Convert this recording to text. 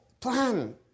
plan